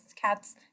cats